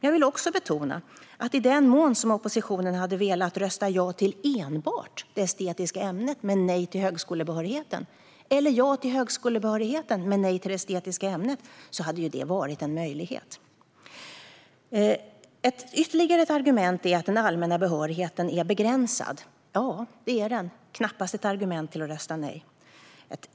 Jag vill också betona att det hade varit möjligt för oppositionen att rösta ja till enbart det estetiska ämnet men nej till högskolebehörigheten eller ja till högskolebehörigheten men nej till det estetiska ämnet. Ytterligare ett argument är att den allmänna behörigheten är begränsad. Ja, det är den. Det är knappast ett argument för att rösta nej.